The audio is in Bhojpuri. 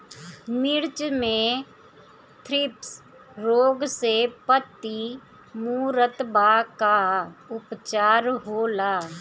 मिर्च मे थ्रिप्स रोग से पत्ती मूरत बा का उपचार होला?